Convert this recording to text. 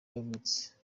yavutse